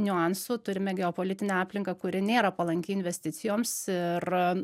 niuansų turime geopolitinę aplinką kuri nėra palanki investicijoms ir